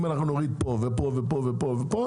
אם אנחנו נוריד פה ופה ופה ופה,